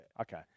Okay